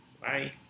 Bye